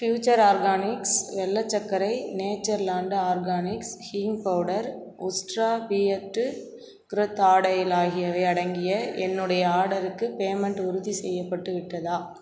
future organics வெல்லச் சர்க்கரை Natureland organics hing powder Ustraa beard growth ஆடையில் ஆகியவை அடங்கிய என்னுடைய ஆர்டருக்கு பேமெண்ட் உறுதி செய்யப்பட்டு விட்டதா